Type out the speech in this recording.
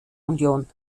union